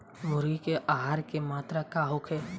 मुर्गी के आहार के मात्रा का होखे?